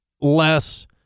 less